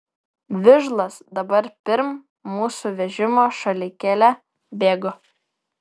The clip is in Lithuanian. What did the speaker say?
vižlas dabar pirm mūsų vežimo šalikele bėgo